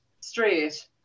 straight